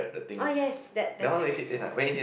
oh yes that that thing ya